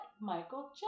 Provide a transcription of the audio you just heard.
Michael